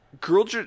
Girl